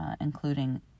Including